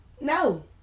No